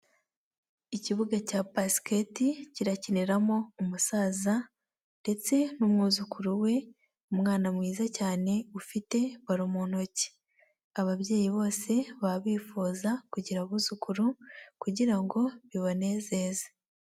Ikibuga cya basketi kirakiniramo umusaza ndetse n'umwuzukuru we. Umwana mwiza cyane ufite baro mu ntoki. Ababyeyi bose baba bifuza kugira abuzukuru kugira ngo bibanezeze.